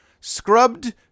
scrubbed